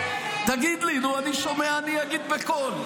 תגיד לי, אני שומע, אני אגיד בקול.